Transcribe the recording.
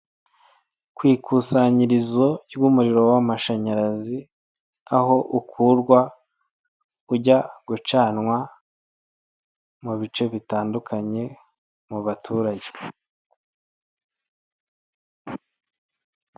Ku ikusanyirizo ry'umuriro w'amashanyarazi aho ukurwa ujya gucanwa mu bice bitandukanye mu baturage.